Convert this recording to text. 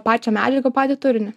pačią medžiagą patį turinį